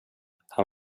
han